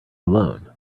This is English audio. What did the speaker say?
alone